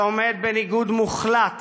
שעומד בניגוד מוחלט